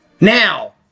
Now